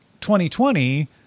2020